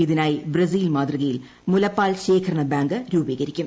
ഇതിനായി ബ്രസീൽ മാതൃകയിൽ മുലപ്പാൽ ശേഖരണ ബാങ്ക് രൂപീകരിക്കും